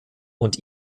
und